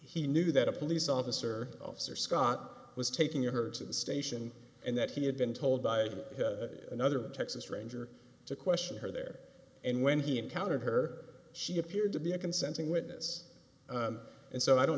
he knew that a police officer officer scott was taking her to the station and that he had been told by another texas ranger to question her there and when he encountered her she appeared to be a consenting witness and so i don't